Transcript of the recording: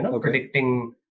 Predicting